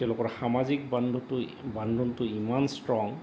তেওঁলোকৰ সামাজিক বান্ধটো বান্ধোনটো ইমান ষ্ট্ৰং